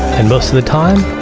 and most of the time,